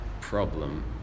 problem